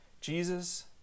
Jesus